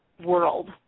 world